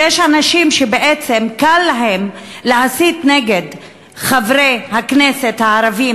שיש אנשים שבעצם קל להם להסית נגד חברי הכנסת הערבים